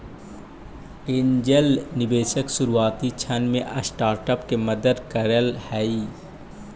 angel निवेशक शुरुआती क्षण में स्टार्टअप के मदद करऽ हइ